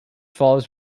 falls